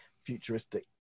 futuristic